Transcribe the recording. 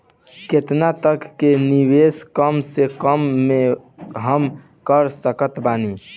केतना तक के निवेश कम से कम मे हम कर सकत बानी?